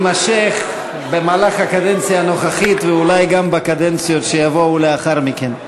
יימשך במהלך הקדנציה הנוכחית ואולי גם בקדנציות שיבואו לאחר מכן.